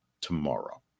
tomorrow